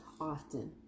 often